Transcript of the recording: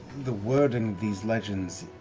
the word in these legends,